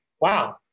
wow